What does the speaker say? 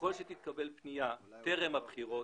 ככל שתתקבל פנייה טרם הבחירות,